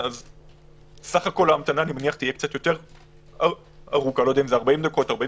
סך כל ההמתנה תהיה יותר ארוכה 45 דקות,